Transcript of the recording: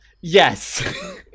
Yes